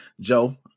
Joe